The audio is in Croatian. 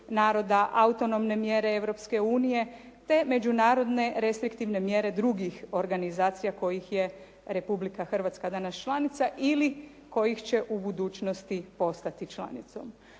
naroda, autonomne mjere Europske unije te međunarodne restriktivne mjere drugih organizacija kojih je Republika Hrvatska danas članica ili kojih će u budućnosti postati članicom.